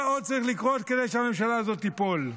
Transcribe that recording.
מה עוד צריך לקרות כדי שהממשלה הזאת תיפול?